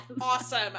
Awesome